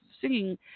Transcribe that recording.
singing